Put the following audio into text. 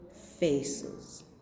faces